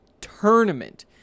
tournament